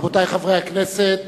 רבותי חברי הכנסת,